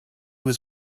was